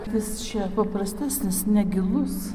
vis čia paprastesnis negilus